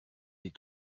des